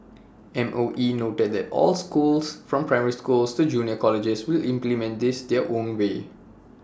M O E noted that all schools from primary schools to junior colleges will implement this their own way